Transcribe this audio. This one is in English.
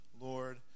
Lord